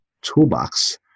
Toolbox